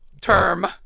term